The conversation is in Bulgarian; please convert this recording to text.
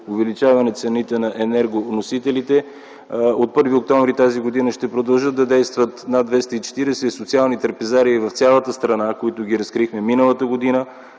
увеличаване цените на енергоносителите, от 1 октомври т.г. ще продължат да действат над 240 социални трапезарии в цялата страна, които разкрихме миналата година,